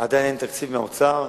אין עדיין תקציב מהאוצר.